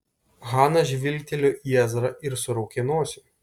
hana žvilgtelėjo į ezrą ir suraukė nosį